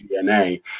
DNA